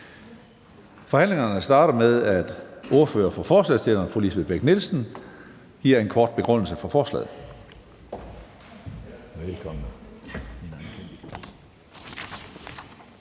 (Karsten Hønge): Vi starter med, at ordføreren for forslagsstillerne, fru Lisbeth Bech-Nielsen, giver en kort begrundelse for forslaget.